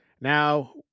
Now